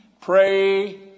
pray